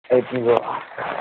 أتی گوٚو